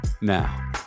Now